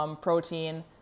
protein